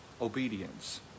obedience